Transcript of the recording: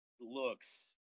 looks